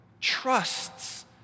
trusts